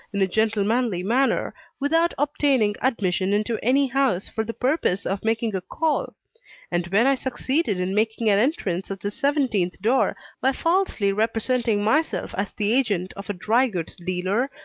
in a gentlemanly manner, without obtaining admission into any house for the purpose of making a call and when i succeeded in making an entrance at the seventeenth door by falsely representing myself as the agent of a dry-goods dealer,